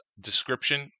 description